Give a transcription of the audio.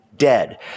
Dead